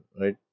right